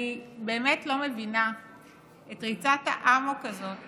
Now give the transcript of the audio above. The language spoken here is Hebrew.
אני באמת לא מבינה את ריצת האמוק הזאת